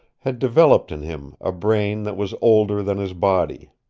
had developed in him a brain that was older than his body.